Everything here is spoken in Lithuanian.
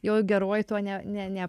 jo geruoju to ne ne ne